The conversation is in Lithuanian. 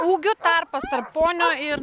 ūgiu tarpas tarp ponio ir